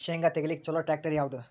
ಶೇಂಗಾ ತೆಗಿಲಿಕ್ಕ ಚಲೋ ಟ್ಯಾಕ್ಟರಿ ಯಾವಾದು?